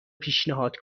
پیشنهاد